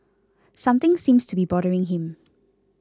something seems to be bothering him